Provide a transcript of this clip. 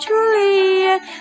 Juliet